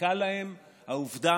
מספיקה להם העובדה,